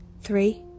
three